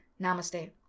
Namaste